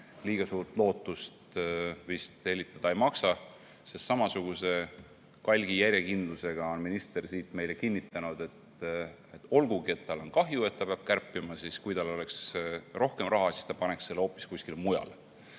liiga suurt lootust vist hellitada ei maksa. Samasuguse kalgi järjekindlusega on minister siit meile kinnitanud, et tal on küll kahju, et ta peab kärpima, aga kui tal oleks rohkem raha, siis ta paneks selle hoopis kusagile mujale.